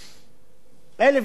1,012 שקל בדיוק.